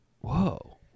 whoa